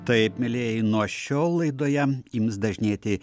taip mielieji nuo šiol laidoje ims dažnėti